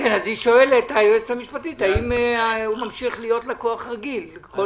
שואלת היועצת המשפטית אם הוא ממשיך להיות לקוח רגיל.